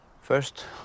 First